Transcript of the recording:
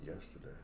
Yesterday